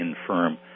infirm